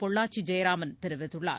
பொள்ளாச்சி ஜெயராம்ன தெரிவித்துள்ளார்